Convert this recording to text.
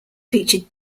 featured